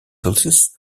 pulses